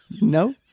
No